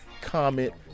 comment